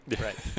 Right